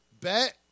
Bet